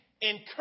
encourage